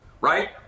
Right